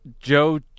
Joe